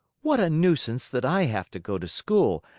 what a nuisance that i have to go to school!